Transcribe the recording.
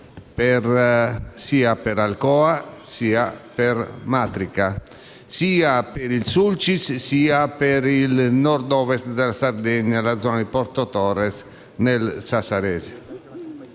sia per Alcoa, sia per Matrica, sia per il Sulcis, sia per il Nord-Ovest della Sardegna, la zona di Porto Torres, nel sassarese.